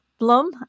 Blum